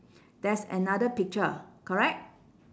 there's another picture correct